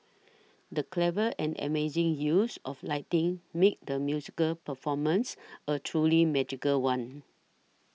the clever and amazing use of lighting made the musical performance a truly magical one